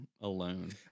alone